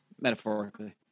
Metaphorically